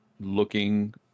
looking